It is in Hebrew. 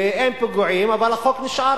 ואין פיגועים, אבל החוק נשאר.